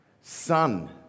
Son